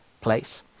place